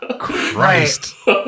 Christ